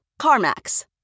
CarMax